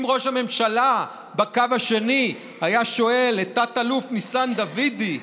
אם ראש הממשלה בקו השני היה שואל את תת-אלוף ניסן דוידי,